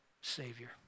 savior